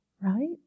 right